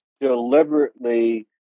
deliberately